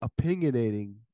opinionating